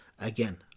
Again